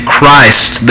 Christ